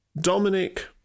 Dominic